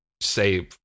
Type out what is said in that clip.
say